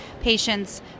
patients